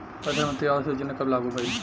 प्रधानमंत्री आवास योजना कब लागू भइल?